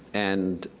and